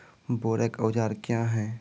बोरेक औजार क्या हैं?